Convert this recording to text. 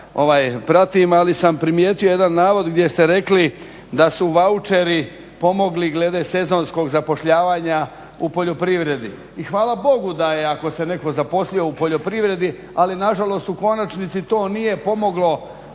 pratim ali sam primijetio jedan navod gdje ste rekli da su vaučeri pomogli glede sezonskog zapošljavanja u poljoprivredi i hvala Bogu da je, ako se netko zaposlio u poljoprivredi ali nažalost u konačnici to nije pomoglo